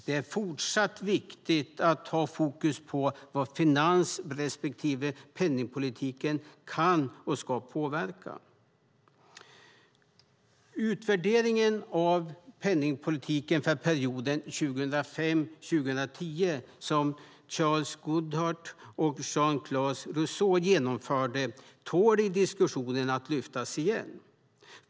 Det är fortsatt viktigt att ha fokus på vad finans respektive penningpolitiken kan och ska påverka. Utvärderingen av penningpolitiken för perioden 2005-2010 som Charles Goodhart och Jean-Charles Rochet genomförde tål i diskussionen att lyftas upp igen.